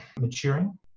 maturing